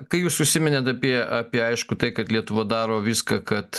kai jūs užsiminėt apie apie aišku tai kad lietuva daro viską kad